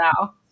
now